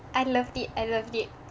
I loved it I loved it